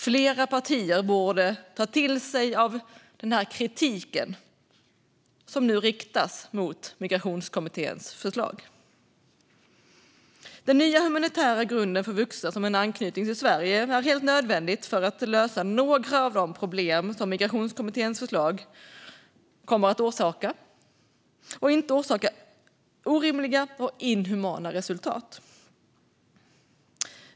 Fler partier borde ta till sig av den kritik som nu riktas mot Migrationskommitténs förslag. Den nya humanitära grunden för vuxna som har en anknytning till Sverige var helt nödvändig för att lösa några av problemen med Migrationskommitténs förslag och inte orsaka orimliga och inhumana resultat.